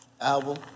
Album